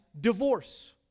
divorce